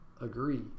agree